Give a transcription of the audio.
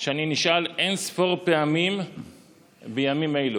שאני נשאל אין-ספור פעמים בימים אלה: